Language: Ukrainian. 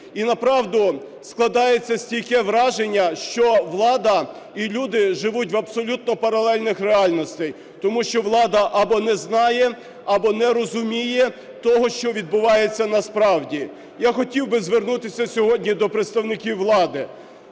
І направду складається стійке враження, що влада і люди живуть в абсолютно паралельних реальностях, тому що влада або не знає, або не розуміє того, що відбувається насправді. Я хотів би звернутися сьогодні до представників влади.